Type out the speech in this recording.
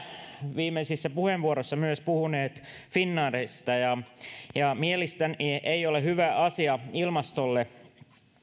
viimeisimmissä puheenvuoroissa myös puhuneet finnairista ja ja mielestäni ei ole hyvä asia ilmastolle